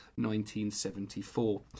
1974